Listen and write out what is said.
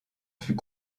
fut